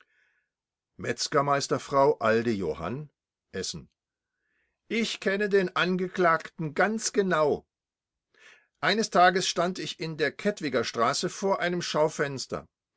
metzgermeistersfrau aldejohann essen ich kenne den angeklagten ganz genau eines tages stand ich in der kettwigerstraße vor einem schaufenster